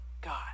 God